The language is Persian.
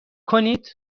کنید